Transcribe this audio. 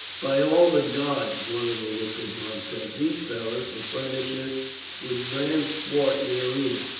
by all the gods! one of the lookers on said, these fellows will furnish us with grand sport in the arena.